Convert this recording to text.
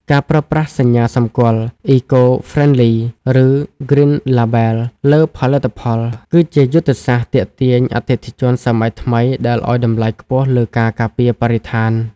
ការប្រើប្រាស់សញ្ញាសម្គាល់ "Eco-Friendly" ឬ "Green Label" លើផលិតផល គឺជាយុទ្ធសាស្ត្រទាក់ទាញអតិថិជនសម័យថ្មីដែលឱ្យតម្លៃខ្ពស់លើការការពារបរិស្ថាន។